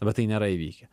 bet tai nėra įvykę